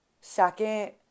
Second